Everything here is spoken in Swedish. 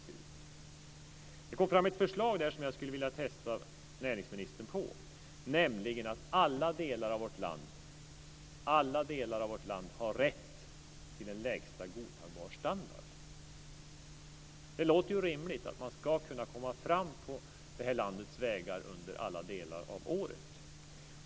Det kom vid besöket fram ett förslag som jag skulle vilja testa på näringsministern, nämligen att alla delar av vårt land har rätt till en lägsta godtagbar standard. Det låter ju rimligt att man ska kunna komma fram på vårt lands vägar under alla delar av året.